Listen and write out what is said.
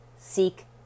Seek